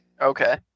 Okay